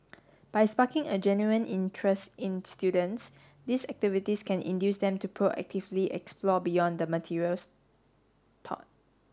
by sparking a genuine interest in students these activities can induce them to proactively explore beyond the materials taught